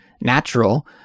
natural